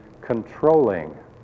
controlling